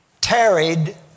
tarried